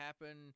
happen